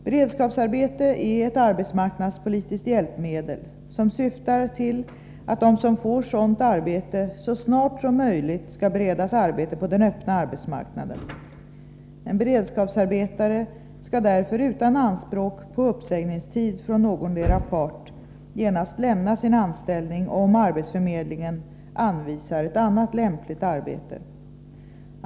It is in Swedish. Beredskapsarbete är ett arbetsmarknadspolitiskt hjälpmedel som syftar till att de som får sådant arbete så snart som möjligt skall beredas arbete på den öppna arbetsmarknaden. En beredskapsarbetare skall därför, utan anspråk på uppsägningstid från någondera part, genast lämna sin anställning om arbetsförmedlingen anvisar ett annat lämpligt arbete.